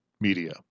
media